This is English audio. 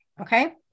Okay